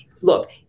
look